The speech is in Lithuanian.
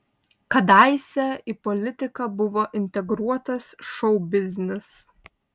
kadaise į politiką buvo integruotas šou biznis